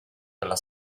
della